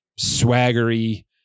swaggery